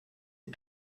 est